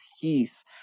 peace